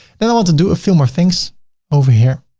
then i want to do a few more things over here.